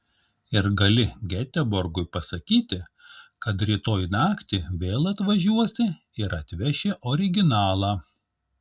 ir gali geteborgui pasakyti kad rytoj naktį vėl atvažiuosi ir atveši originalą